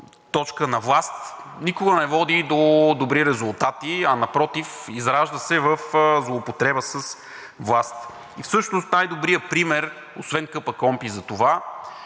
точка на власт, никога не води до добри резултати, а напротив, изражда се в злоупотреба с власт. И всъщност най-добрият пример, освен КПКОНПИ, за това